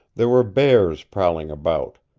there were bears prowling about.